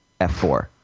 F4